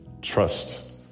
Trust